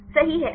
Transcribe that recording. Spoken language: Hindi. सही है